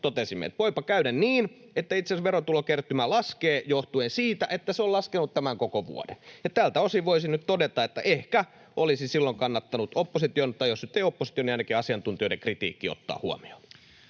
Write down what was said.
totesimme, että voipa käydä niin, että itse asiassa verotulokertymä laskee johtuen siitä, että se on laskenut tämän koko vuoden. Tältä osin voisi nyt todeta, että ehkä olisi silloin kannattanut opposition — tai jos nyt ei opposition, niin ainakin asiantuntijoiden — kritiikki ottaa huomioon.